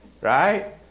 Right